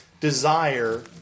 desire